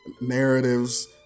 narratives